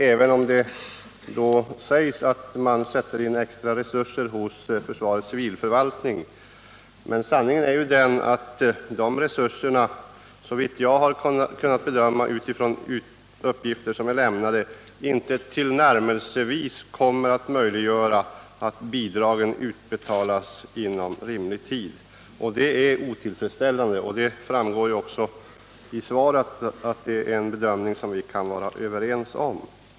Det sägs visserligen att man sätter in extra resurser hos försvarets civilförvaltning, men såvitt jag har kunnat bedöma utifrån uppgifter som är lämnade, kommer de resurserna inte tillnärmelsevis att möjliggöra att bidragen utbetalas inom rimlig tid. Detta är otillfredsställande, och det framgår av svaret att det är en bedömning som vi kan vara överens om.